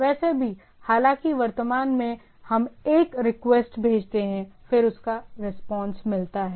वैसे भी हालांकि वर्तमान में हम एक रिक्वेस्ट भेजते हैं फिर उसका रिस्पांस मिलता है